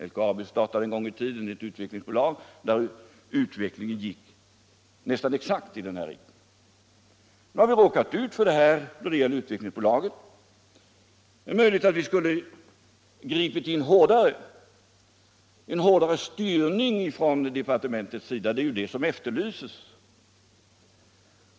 LKAB startade en gång i tiden ett utvecklingsbolag där utvecklingen gick nästan exakt i denna riktning. Nu har Svenska Utvecklingsaktiebolaget råkat ut för detta fenomen. Det är möjligt att vi skulle ha gripit in med en hårdare styrning från departementets sida, det är det som efterlyses.